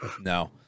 No